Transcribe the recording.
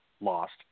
lost